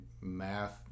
math